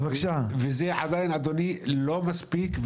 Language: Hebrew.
אדוני זה עדיין לא מספיק,